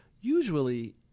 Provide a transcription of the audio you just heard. usually